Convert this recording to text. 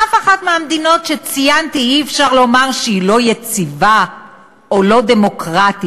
על אף אחת מהמדינות שציינתי אי-אפשר לומר שהיא לא יציבה או לא דמוקרטית.